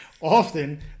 Often